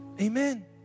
Amen